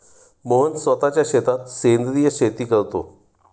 मोहन स्वतःच्या शेतात सेंद्रिय शेती करतो